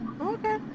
okay